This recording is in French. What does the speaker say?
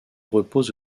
repose